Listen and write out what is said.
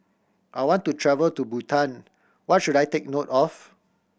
I want to travel to Bhutan what should I take note of